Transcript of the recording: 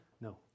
No